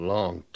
long